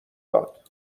داد